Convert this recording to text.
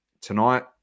tonight